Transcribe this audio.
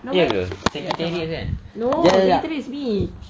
ya ke sagittarius kan jap jap jap